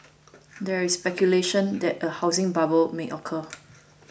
there is speculation that a housing bubble may occur